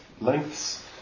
lengths